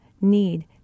need